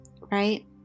right